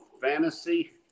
fantasy